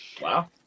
Wow